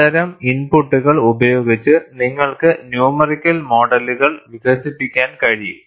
അത്തരം ഇൻപുട്ടുകൾ ഉപയോഗിച്ച് നിങ്ങൾക്ക് ന്യൂമെറിക്കൽ മോഡലുകൾ വികസിപ്പിക്കാൻ കഴിയും